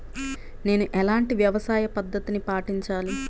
నేను ఎలాంటి వ్యవసాయ పద్ధతిని పాటించాలి?